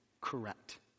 correct